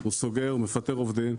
הוא סוגר, מפטר עובדים.